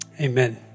Amen